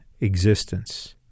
existence